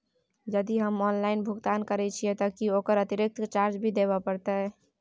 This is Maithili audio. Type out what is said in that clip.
यदि हम ऑनलाइन भुगतान करे छिये त की ओकर अतिरिक्त चार्ज भी देबे परतै?